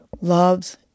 loves